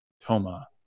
Toma